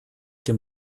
dem